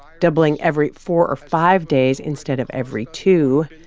doubling every four or five days instead of every two.